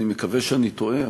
אני מקווה שאני טועה,